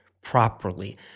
properly